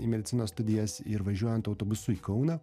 į medicinos studijas ir važiuojant autobusu į kauną